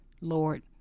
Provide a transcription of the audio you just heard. Lord